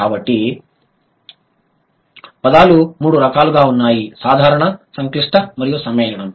కాబట్టి పదాలు మూడు రకాలుగా ఉన్నాయి సాధారణ సంక్లిష్ట మరియు సమ్మేళనం